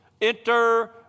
enter